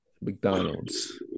McDonald's